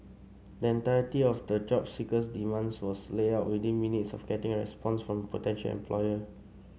the entirety of the job seeker's demands was laid out within minutes of getting a response from potential employer